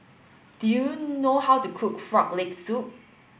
do you know how to cook frog leg soup